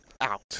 out